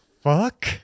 fuck